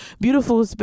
beautiful